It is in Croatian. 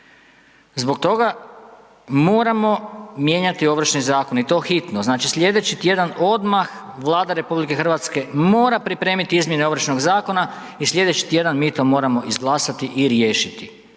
Zbog toga moramo mijenjati Ovršni zakon i to hitno. Znači, slijedeći tjedan odmah Vlada RH mora pripremiti izmjene Ovršnog zakona i slijedeći tjedan mi to moramo izglasati i riješiti.